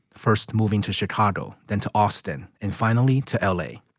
first moving to chicago, then to austin and finally to l a,